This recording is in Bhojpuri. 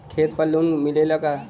खेत पर लोन मिलेला का?